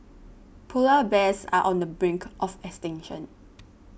Polar Bears are on the brink of extinction